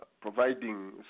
providing